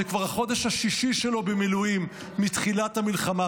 זה כבר החודש השישי שלו במילואים מתחילת המלחמה,